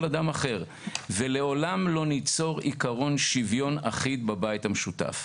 כל אדם אחר ולעולם לא ניצור עקרון שוויון אחיד בבית המשותף.